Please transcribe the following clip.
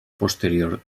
posterior